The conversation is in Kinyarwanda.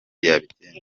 yabigenza